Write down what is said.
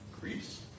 Greece